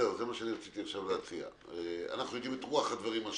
אנחנו יודעים את רוח הדברים.